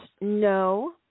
No